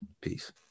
Peace